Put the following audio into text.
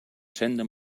senda